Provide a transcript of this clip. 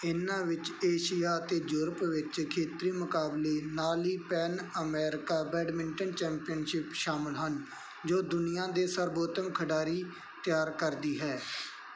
ਇਨ੍ਹਾਂ ਵਿੱਚ ਏਸ਼ੀਆ ਅਤੇ ਯੂਰਪ ਵਿੱਚ ਖੇਤਰੀ ਮੁਕਾਬਲੇ ਨਾਲ ਹੀ ਪੈਨ ਅਮੈਰੀਕਾ ਬੈਡਮਿੰਟਨ ਚੈਂਪੀਅਨਸ਼ਿਪ ਸ਼ਾਮਲ ਹਨ ਜੋ ਦੁਨੀਆ ਦੇ ਸਰਬੋਤਮ ਖਿਡਾਰੀ ਤਿਆਰ ਕਰਦੀ ਹੈ